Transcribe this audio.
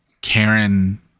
Karen